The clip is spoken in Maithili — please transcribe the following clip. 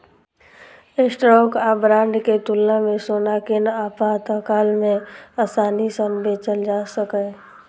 स्टॉक आ बांड के तुलना मे सोना कें आपातकाल मे आसानी सं बेचल जा सकैए